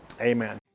amen